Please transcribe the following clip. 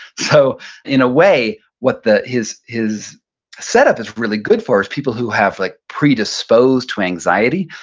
so in a way, what the, his his setup is really good for is people who have like predisposed to anxiety.